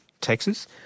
Texas